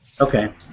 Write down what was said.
Okay